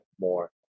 more